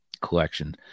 collection